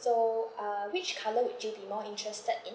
so uh which colour would you be more interested in